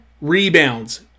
rebounds